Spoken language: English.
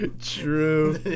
true